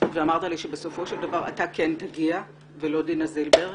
ואמרת לי שבסופו של דבר אתה כן תגיע ולא דינה זילבר,